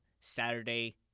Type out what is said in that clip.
Saturday